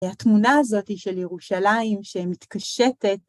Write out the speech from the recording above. והתמונה הזאתי של ירושלים שמתקשטת.